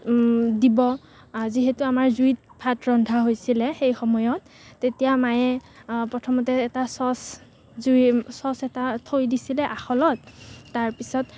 দিব যিহেতু আমাৰ জুইত ভাত ৰন্ধা হৈছিলে সেই সময়ত তেতিয়া মায়ে প্ৰথমতে এটা চচ জুই চচ এটা থৈ দিছিলে আখলত তাৰপিছত